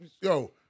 Yo